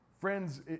Friends